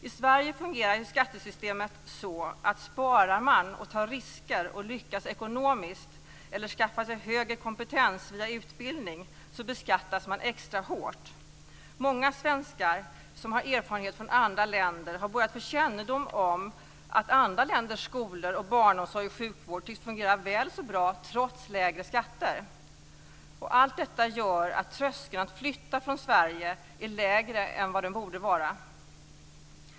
I Sverige fungerar skattesystemet så att sparar man, tar risker och lyckas ekonomiskt eller skaffar sig högre kompetens via utbildning beskattas man extra hårt. Många svenskar som har erfarenhet från andra länder har börjat få kännedom om att andra länders skolor, barnomsorg och sjukvård tycks fungera väl så bra trots lägre skatter. Allt detta gör att tröskeln att flytta från Sverige är lägre än vad den borde vara.